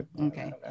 Okay